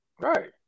right